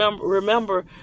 remember